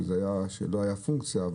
שלא הייתה פונקציה,